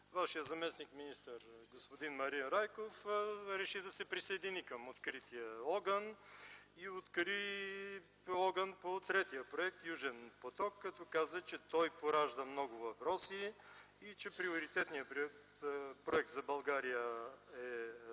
Вашият заместник-министър господин Марин Райков реши да се присъедини към открития огън и откри огън по третия проект – „Южен поток”, като каза, че той поражда много въпроси и че приоритетният проект за България е